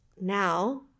now